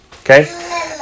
okay